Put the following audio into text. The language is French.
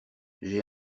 j’ai